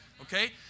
Okay